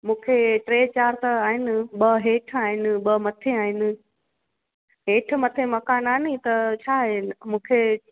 मूंखे टे चारि त अहिनि ॿ हेठि आहिनि ॿ मथे आहिनि हेठि मथे मकान आहे नी त छा आहे मूंखे